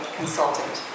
consultant